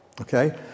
Okay